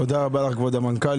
תודה רבה לך, כבוד המנכ"לית.